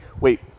wait